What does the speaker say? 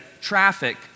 traffic